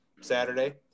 Saturday